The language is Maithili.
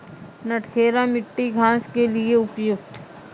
नटखेरा मिट्टी घास के लिए उपयुक्त?